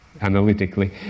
analytically